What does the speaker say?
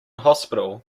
hospital